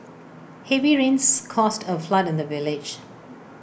heavy rains caused A flood in the village